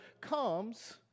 comes